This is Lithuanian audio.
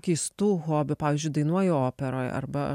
keistų hobių pavyzdžiui dainuoji operoj arba